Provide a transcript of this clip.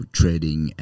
trading